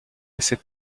cette